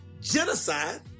genocide